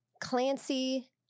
Clancy